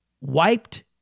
wiped